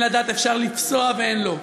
אין לדעת איפה אפשר לפסוע ואיפה אי-אפשר.